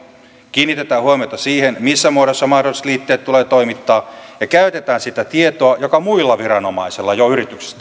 kiinnitetään huomiota siihen missä muodossa mahdolliset liitteet tulee toimittaa ja käytetään sitä tietoa joka muilla viranomaisilla jo yrityksestä on